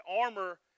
armor